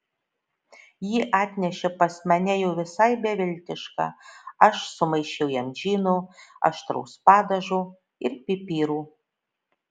jį atnešė pas mane jau visai beviltišką aš sumaišiau jam džino aštraus padažo ir pipirų